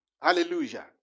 Hallelujah